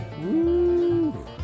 Woo